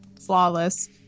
flawless